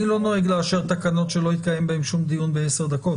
אני לא נוהג לאשר תקנות שלא התקיים בהן שום דיון בעשר דקות.